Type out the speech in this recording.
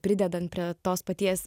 pridedant prie tos paties